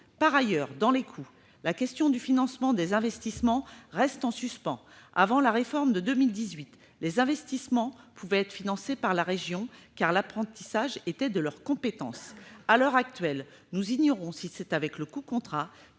Par ailleurs, dans les coûts, la question du financement des investissements reste en suspens. Avant la réforme de 2018, les investissements pouvaient être financés par la région, car l'apprentissage était de la compétence de cette dernière. À l'heure actuelle, nous ignorons si c'est avec le coût contrat